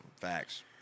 Facts